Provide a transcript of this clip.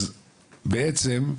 אז בעצם,